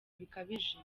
bikabije